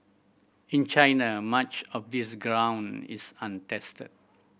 in China much of this ground is untested